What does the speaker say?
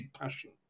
passion